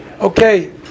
Okay